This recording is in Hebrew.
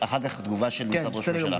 יש אחר כך תגובה של משרד ראש הממשלה.